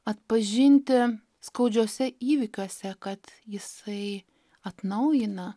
atpažinti skaudžiuose įvykiuose kad jisai atnaujina